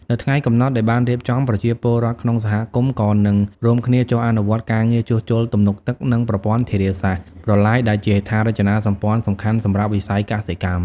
នៅថ្ងៃកំណត់ដែលបានរៀបចំ ប្រជាពលរដ្ឋក្នុងសហគមន៍ក៏នឹងរួមគ្នាចុះអនុវត្តការងារជួសជុលទំនប់ទឹក និងប្រព័ន្ធធារាសាស្ត្រ ប្រឡាយ ដែលជាហេដ្ឋារចនាសម្ព័ន្ធសំខាន់សម្រាប់វិស័យកសិកម្ម។